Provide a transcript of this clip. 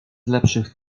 lepszych